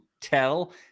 tell